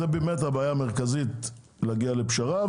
זו הבעיה המרכזית להגיע לפשרה,